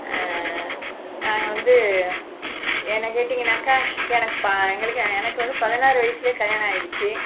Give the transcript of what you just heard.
நாங்கள் வந்து என்ன கேட்டிடீங்கன்னாக்கா எனக்கு எங்களுக்கு எனக்கு வந்து பதினாறு வயசுலயே கல்யாணம் ஆயிடுச்சு